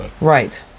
Right